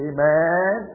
Amen